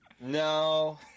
no